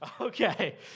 Okay